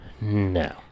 No